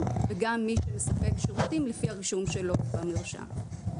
וגם מי שמספק שירותים לפי הרישום שלו במרשם.